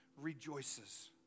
rejoices